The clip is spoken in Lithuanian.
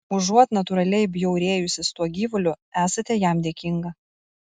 užuot natūraliai bjaurėjusis tuo gyvuliu esate jam dėkinga